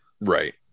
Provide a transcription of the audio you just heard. Right